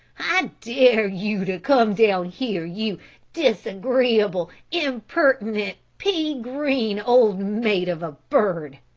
i dare you to come down here, you disagreeable, impertinent, pea-green, old maid of a bird!